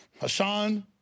Hassan